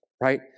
right